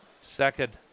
Second